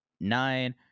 nine